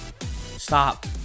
stop